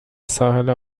ساحل